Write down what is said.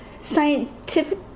scientific